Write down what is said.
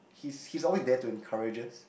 he's he's always there to encourage us